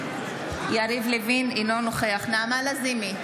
אינו נוכח נעמה לזימי,